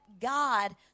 god